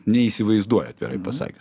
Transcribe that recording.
neįsivaizduoju atvirai pasakius